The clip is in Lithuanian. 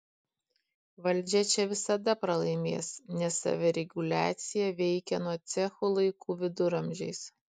valdžia čia visada pralaimės nes savireguliacija veikia nuo cechų laikų viduramžiais